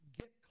get